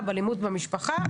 אלימות במשפחה,